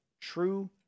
true